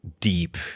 deep